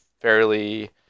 fairly